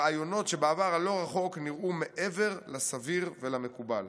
רעיונות שבעבר הלא-רחוק נראו מעבר לסביר ולמקובל.